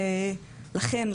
לכן,